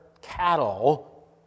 cattle